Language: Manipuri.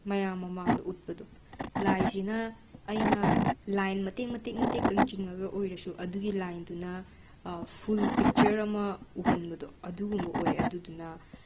ꯃꯌꯥꯝ ꯃꯃꯥꯡꯗ ꯎꯠꯄꯗꯣ ꯂꯥꯏꯁꯤꯅ ꯑꯩꯅ ꯂꯥꯏꯟ ꯃꯇꯦꯛ ꯃꯇꯦꯛ ꯃꯇꯦꯛ ꯇꯪ ꯆꯤꯡꯉꯒ ꯑꯣꯏꯔꯁꯨ ꯑꯗꯨꯒꯤ ꯂꯥꯏꯟꯗꯨꯅ ꯐꯨꯜ ꯄꯤꯛꯆꯔ ꯑꯃ ꯎꯍꯟꯕꯗꯣ ꯑꯗꯨꯒꯨꯝꯕ ꯑꯣꯏ ꯑꯗꯨꯗꯨꯅ